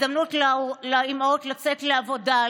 הזדמנות לאימהות לצאת לעבודה,